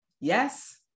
Yes